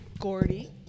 Gordy